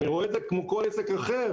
אני רואה את זה כמו כל עסק אחר,